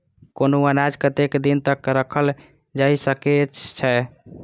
कुनू अनाज कतेक दिन तक रखल जाई सकऐत छै?